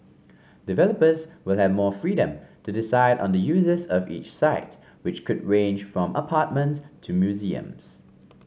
developers will have more freedom to decide on the uses of each site which could range from apartments to museums